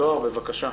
טוהר, בבקשה.